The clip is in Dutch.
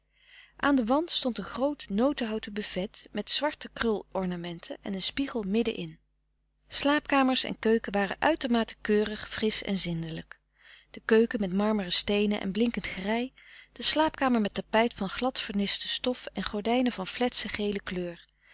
aan den wand stond een groot notenhouten buffet met zwarte krul ornamenten en een spiegel midden in slaapkamers en keuken waren uitermate keurig frisch en zindelijk de keuken met marmeren steenen en blinkend gerei de slaapkamer met tapijt van glad verniste stof en gordijnen van fletse gele kleur